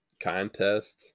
contest